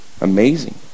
Amazing